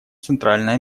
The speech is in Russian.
центральной